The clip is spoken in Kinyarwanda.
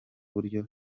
buryo